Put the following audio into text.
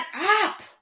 up